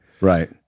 Right